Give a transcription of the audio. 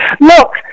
look